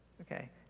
okay